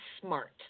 smart